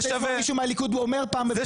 אני רוצה פעם לשמוע מישהו מהליכוד אומר בקולו,